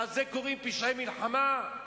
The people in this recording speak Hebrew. ולזה קוראים פשעי מלחמה.